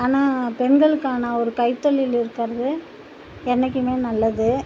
ஆனால் பெண்களுக்கான ஒரு கைத்தொழில் இருக்கிறது என்றைக்குமே நல்லது